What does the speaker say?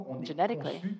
genetically